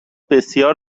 بسیار